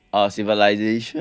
uh civilisation